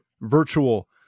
virtual